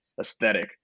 aesthetic